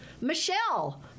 Michelle